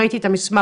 ראיתי את המסמך,